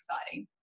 exciting